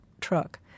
truck